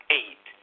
eight